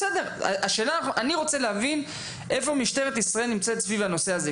אני רוצה להבין איפה משטרת ישראל נמצאת סביב הנושא הזה.